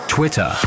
Twitter